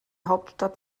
hauptstadt